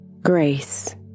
grace